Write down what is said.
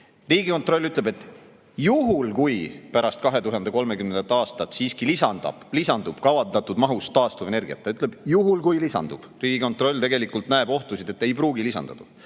Riigikontroll ütleb: "Juhul kui pärast 2030. aastat siiski lisandub kavandatud mahus taastuvenergiat (ta ütleb, juhul kui lisandub, sest Riigikontroll tegelikult näeb ohtu, et ei pruugi lisanduda